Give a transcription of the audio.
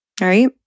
right